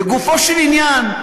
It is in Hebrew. לגופו של עניין,